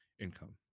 income